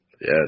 Yes